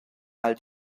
all